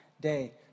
day